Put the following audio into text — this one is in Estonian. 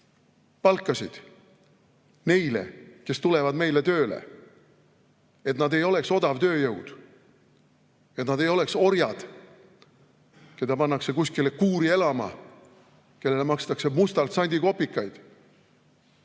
palkasid neil, kes tulevad meile tööle, et nad ei oleks odav tööjõud, et nad ei oleks orjad, kes pannakse kuskile kuuri elama, kellele makstakse mustalt sandikopikaid